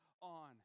on